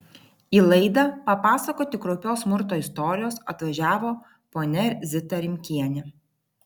į laidą papasakoti kraupios smurto istorijos atvažiavo ponia zita rimkienė